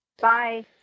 bye